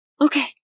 Okay